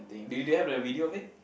do do you have the video of it